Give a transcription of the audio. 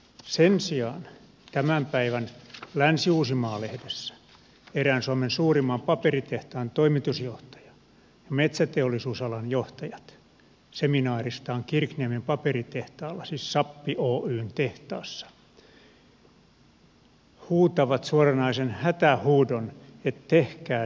sen sijaan tämän päivän länsi uusimaa lehdessä erään suomen suurimman paperitehtaan toimitusjohtaja sekä metsäteollisuusalan johtajat seminaaristaan kirkniemen paperitehtaalla siis sappi oyn tehtaassa huutavat suoranaisen hätähuudon että tehkää se vihdoinkin